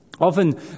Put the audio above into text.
Often